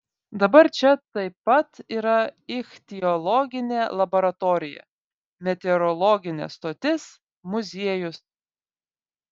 dabar čia taip pat yra ichtiologinė laboratorija meteorologinė stotis muziejus